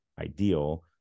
ideal